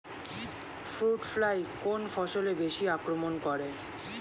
Fruit fly কোন ফসলে বেশি আক্রমন করে?